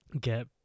get